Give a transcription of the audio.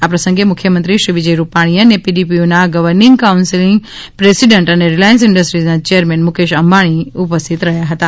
આ પ્રસંગે મુખ્યમંત્રી શ્રી વિજયભાઈ રૂપાણી અને પીડીપીયુના ગર્વનિંગ કાઉન્સિલ પ્રેસિડેન્ટ અને રિલાયન્સ ઇન્ડસ્ટ્રીઝના ચેરમેન મુકેશ અંબાણી ઉપસ્થિત રહ્યા હતાં